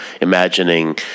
imagining